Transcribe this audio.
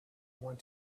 want